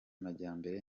majyambere